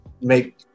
make